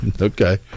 Okay